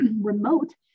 remote